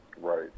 Right